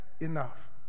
enough